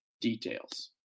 details